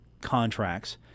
contracts